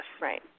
Right